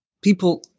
People